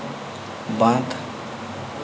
ᱵᱟᱸᱫᱷ